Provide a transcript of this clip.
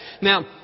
Now